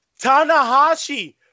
Tanahashi